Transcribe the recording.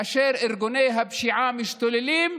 ארגוני הפשיעה משתוללים,